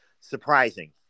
surprising